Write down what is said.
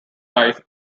life